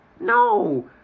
No